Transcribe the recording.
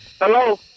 Hello